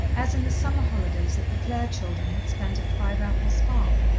as in the summer holidays that the clare children had spent at fiveapples farm.